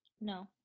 No